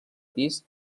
pis